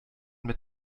mit